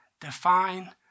define